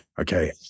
okay